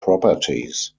properties